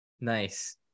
Nice